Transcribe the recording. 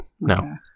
no